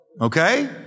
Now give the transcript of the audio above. okay